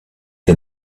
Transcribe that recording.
the